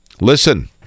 listen